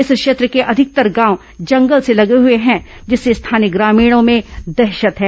इस क्षेत्र के अधिकतर गांव जंगल से लगे हए हैं जिससे स्थानीय ग्रामीणों में दहशत है